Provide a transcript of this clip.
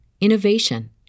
innovation